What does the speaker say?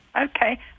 Okay